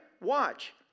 Watch